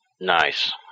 Nice